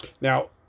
Now